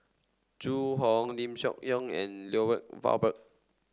Zhu Hong Lim Seok and Lloyd Valberg